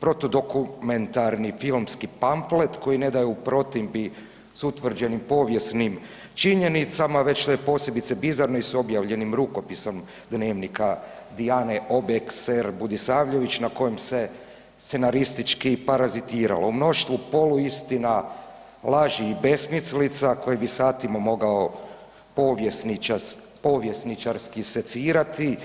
protudokumentarni filmski panflet koji ne da je u protivi s utvrđenim povijesnim činjenicama već da je posebice bizarano i s objavljenim rukopisom Dnevnika Dijane Obexer Budisavljević na kojem se scenaristički parazitiralo u mnoštvu poluistina, laži i besmislica koje bi satima mogao povjesničarski secirati.